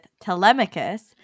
Telemachus